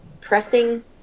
pressing